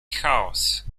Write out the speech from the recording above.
chaos